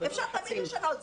אפשר תמיד לשנות.